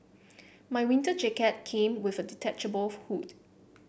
my winter jacket came with a detachable hood